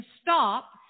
stop